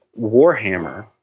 Warhammer